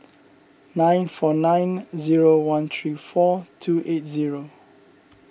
nine four nine zero one three four two eight zero